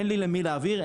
אין לי למי להעביר,